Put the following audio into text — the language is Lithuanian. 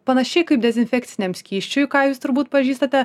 panašiai kaip dezinfekciniam skysčiui ką jūs turbūt pažįstate